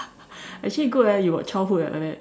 actually good eh you got childhood eh like that